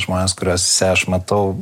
žmones kuriuose aš matau